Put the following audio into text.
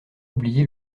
oublié